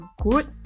good